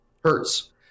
Hurts